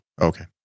Okay